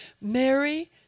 Mary